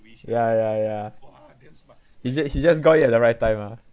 ya ya ya he ju~ he just got it at the right time ah